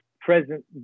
present